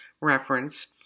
reference